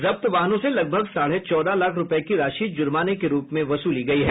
जब्त वाहनों से लगभग साढ़े चौदह लाख रूपये की राशि जुर्माने के रुप में वसूली गयी है